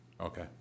Okay